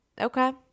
okay